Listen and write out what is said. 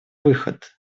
выход